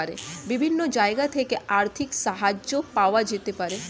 বিভিন্ন জায়গা থেকে আর্থিক সাহায্য পাওয়া যেতে পারে